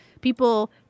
people